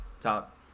top